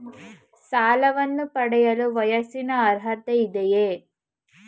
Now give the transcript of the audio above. ಸಾಲವನ್ನು ಪಡೆಯಲು ವಯಸ್ಸಿನ ಅರ್ಹತೆ ಇದೆಯಾ?